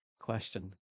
question